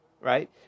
right